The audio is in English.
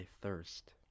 Thirst